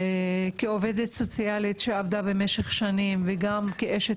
כעובדת סוציאלית שעבדה במשך שנים וגם כאשת